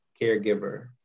caregiver